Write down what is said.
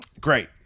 great